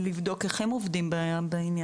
לבדוק איך הם עובדים בעניין.